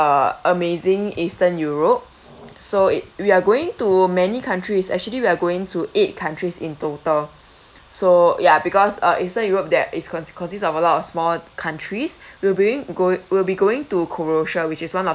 uh amazing eastern europe so we are going to many countries actually we are going to eight countries in total so ya because uh eastern europe there is consi~ consists of a lot of small countries we'll bring go we'll be going to croatia which is one of